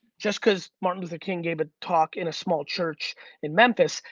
just cause martin luther king gave a talk in a small church in memphis,